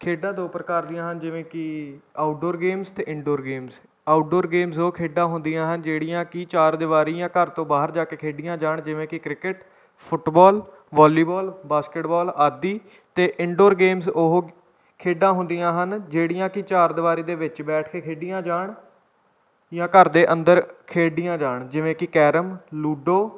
ਖੇਡਾਂ ਦੋ ਪ੍ਰਕਾਰ ਦੀਆਂ ਹਨ ਜਿਵੇਂ ਕਿ ਆਊਟਡੋਰ ਗੇਮਸ ਅਤੇ ਇੰਨਡੋਰ ਗੇਮਸ ਆਊਟਡੋਰ ਗੇਮਸ ਉਹ ਖੇਡਾਂ ਹੁੰਦੀਆਂ ਹਨ ਜਿਹੜੀਆਂ ਕਿ ਚਾਰ ਦੀਵਾਰੀ ਜਾਂ ਘਰ ਤੋਂ ਬਾਹਰ ਜਾ ਕੇ ਖੇਡੀਆਂ ਜਾਣ ਜਿਵੇਂ ਕਿ ਕ੍ਰਿਕਟ ਫੁੱਟਬਾਲ ਵਾਲੀਬਾਲ ਬਾਸਕਿਟਬਾਲ ਆਦਿ ਅਤੇ ਇੰਨਡੋਰ ਗੇਮਸ ਉਹ ਖੇਡਾਂ ਹੁੰਦੀਆਂ ਹਨ ਜਿਹੜੀਆਂ ਕਿ ਚਾਰ ਦੀਵਾਰੀ ਦੇ ਵਿੱਚ ਬੈਠ ਕੇ ਖੇਡੀਆਂ ਜਾਣ ਜਾਂ ਘਰ ਦੇ ਅੰਦਰ ਖੇਡੀਆਂ ਜਾਣ ਜਿਵੇਂ ਕਿ ਕੈਰਮ ਲੂਡੋ